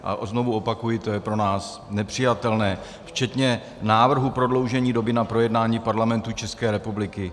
A znovu opakuji, to je pro nás nepřijatelné, včetně návrhu prodloužení doby na projednání v Parlamentu České republiky.